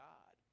God